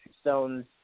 stones